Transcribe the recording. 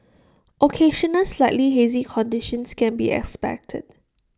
occasional slightly hazy conditions can be expected